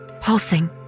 pulsing